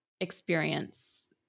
experience